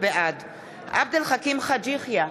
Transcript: בעד עבד אל חכים חאג' יחיא,